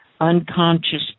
unconscious